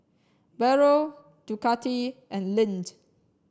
Barrel Ducati and Lindt